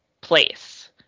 place